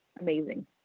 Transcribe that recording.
amazing